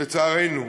לצערנו.